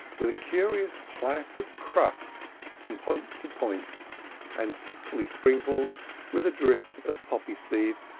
with a curious plait of crust from point to point and thickly sprinkled with a drift of poppy-seed,